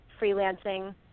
freelancing